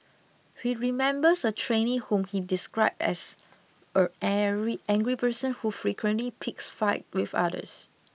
he remembers a trainee whom he described as a very angry person who frequently picked fights with others